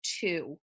two